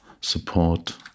support